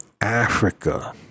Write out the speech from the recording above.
Africa